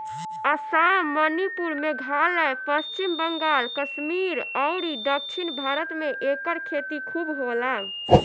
आसाम, मणिपुर, मेघालय, पश्चिम बंगाल, कश्मीर अउरी दक्षिण भारत में एकर खेती खूब होला